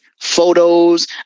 photos